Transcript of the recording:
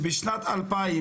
ארכיון